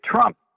Trump